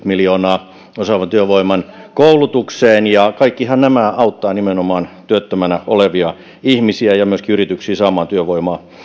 miljoonaa osaavan työvoiman koulutukseen ja kaikkihan nämä auttavat nimenomaan työttömänä olevia ihmisiä ja myöskin yrityksiä saamaan työvoimaa